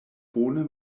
bone